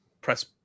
press